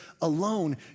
alone